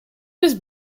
was